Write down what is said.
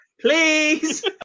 Please